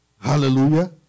Hallelujah